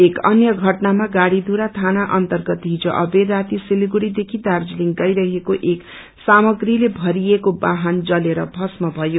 एब अन्य घटनामा गाड़ीधुरा थाना अन्तरगत हिजो अबेर राती सिलगडीदेखि दार्जीलिङ गईरहेको एक सामग्रीले भरिएको वाहन जलेर भष्म भयो